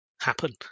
happen